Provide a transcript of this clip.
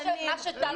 הממשלה.